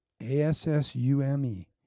A-S-S-U-M-E